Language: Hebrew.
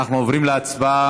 אנחנו עוברים להצבעה